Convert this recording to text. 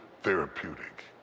therapeutic